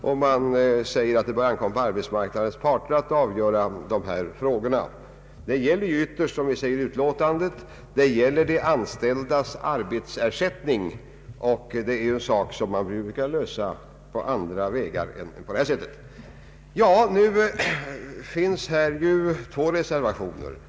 Majoriteten anför att det bör ankomma på arbetsmarknadens parter att avgöra dessa frågor. Det gäller ytterst, som vi säger i utlåtandet, de anställdas arbetsersättningar, vilka bör bestämmas på andra vägar än de här föreslagna. Vid utlåtandet finns två reservationer fogade.